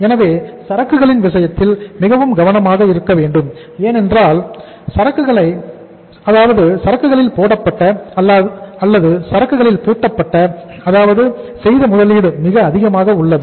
எனவே சரக்குகளின் விஷயத்தில் மிகவும் கவனமாக இருக்க வேண்டும் ஏனென்றால் சரக்குகளை போடப்பட்ட அதாவது சரக்குகளில் பூட்டப்பட்ட அதாவது செய்த முதலீடு மிக அதிகமாக உள்ளது